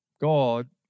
God